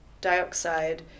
dioxide